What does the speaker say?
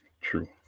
True